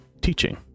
teaching